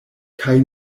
kaj